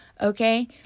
okay